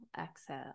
exhale